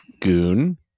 Goon